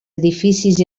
edificis